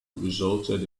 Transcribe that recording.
resulted